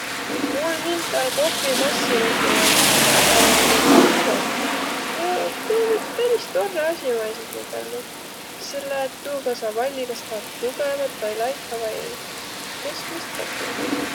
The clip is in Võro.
Mul hindäl kohvimassinat ei olõ. A mu tädil om. Ja tuu om üts peris torrõ asi, ma esiki ütelnüq. Selle et tuuga saa valliq, kas tahat tugõvat vai laiha vai keskmist kohvi.